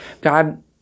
God